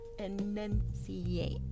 enunciate